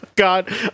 god